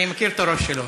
אני מכיר את הראש שלו.